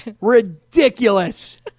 Ridiculous